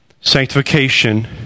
Sanctification